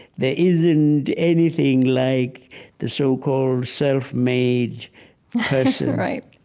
there isn't anything like the so-called self-made person right.